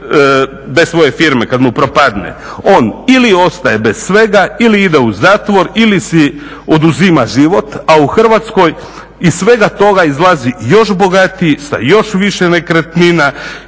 Hrvatskoj iz svega toga izlazi još bogatiji, sa još više nekretnina,